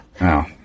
Wow